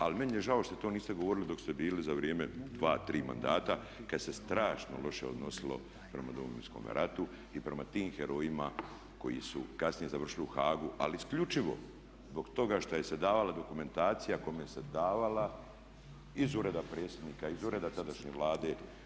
Ali meni je žao što to niste govorili dok ste bili za vrijeme dva, tri mandata kad ste strašno loše odnosilo prema Domovinskome ratu i prema tim herojima koji su kasnije završili u Haagu, ali isključivo zbog toga što je se davala dokumentacija kome se davala iz ureda predsjednika, iz ureda tadašnje Vlade.